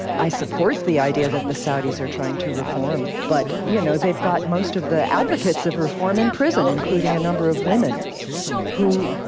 i support the idea that the saudis are trying to reform, but you know, they've got most of the advocates of reform in prison, including a number of women who,